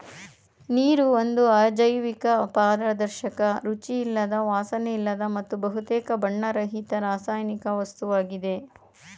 ನೀರು ಒಂದು ಅಜೈವಿಕ ಪಾರದರ್ಶಕ ರುಚಿಯಿಲ್ಲದ ವಾಸನೆಯಿಲ್ಲದ ಮತ್ತು ಬಹುತೇಕ ಬಣ್ಣರಹಿತ ರಾಸಾಯನಿಕ ವಸ್ತುವಾಗಿದೆ